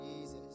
Jesus